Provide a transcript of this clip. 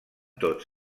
tots